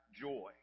joy